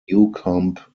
newcomb